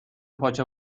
پاچه